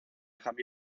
entonces